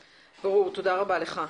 תודה רבה לך.